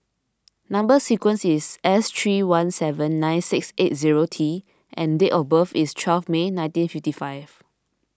Number Sequence is S three one seven nine six eight zero T and date of birth is twelve May nineteen fifty five